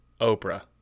Oprah